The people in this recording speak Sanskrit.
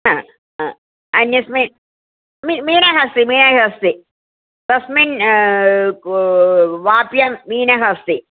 अन्यस्मै मीनः अस्ति मीनः अस्ति तस्मिन् वाप्यं मीनः अस्ति